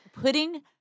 putting